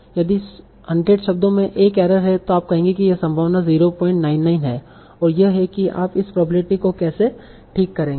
यदि 100 शब्दों में 1 एरर है तो आप कहेंगे कि यह संभावना 099 है और यह है कि आप इस प्रोबबिलिटी को कैसे ठीक करेंगे